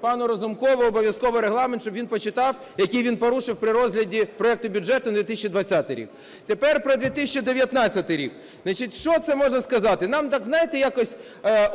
пану Разумкову обов'язково Регламент, щоб він почитав, який він порушив при розгляді проекту бюджету на 2020 рік. Тепер про 2019 рік. Значить, що це можна сказати. Нам так, знаєте, якось